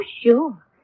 sure